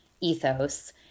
ethos